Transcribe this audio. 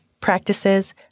practices